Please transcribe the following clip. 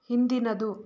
ಹಿಂದಿನದು